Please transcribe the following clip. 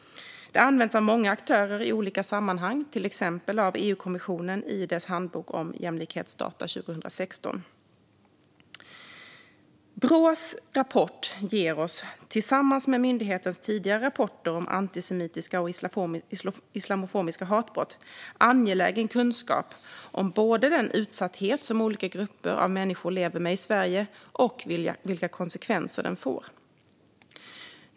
Det används av många aktörer i olika sammanhang, till exempel av EU-kommissionen i dess handbok om jämlikhetsdata 2016. Brås rapport ger oss, tillsammans med myndighetens tidigare rapporter om antisemitiska och islamofobiska hatbrott, angelägen kunskap om både den utsatthet som olika grupper av människor lever med i Sverige och vilka konsekvenser den får.